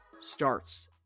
starts